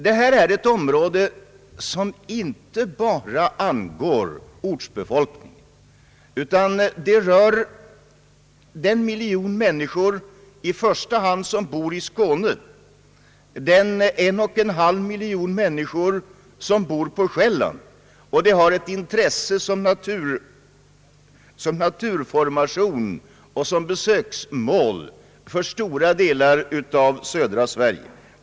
Det här är ett område som inte bara angår ortsbefolkningen, utan det rör i första hand den miljon människor som bor i Skåne och den en och en halv miljon människor som bor på Själland. Det har i andra hand ett intresse som naturformation och som besöksmål för människor i stora delar av södra Sverige.